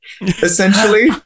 essentially